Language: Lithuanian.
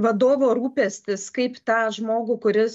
vadovo rūpestis kaip tą žmogų kuris